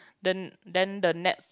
then then the next